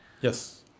Yes